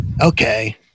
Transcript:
okay